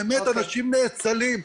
באמת אנשים נאצלים.